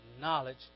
Knowledge